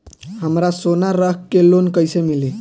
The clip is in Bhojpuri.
हमरा सोना रख के लोन कईसे मिली?